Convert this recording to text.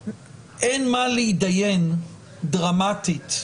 אין מה להתדיין דרמטית,